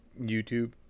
YouTube